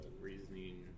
Reasoning